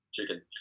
Chicken